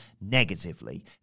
negatively